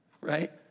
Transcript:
right